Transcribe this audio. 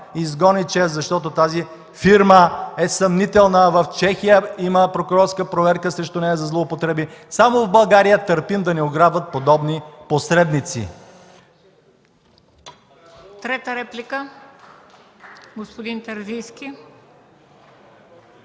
Трета реплика – господин Терзийски.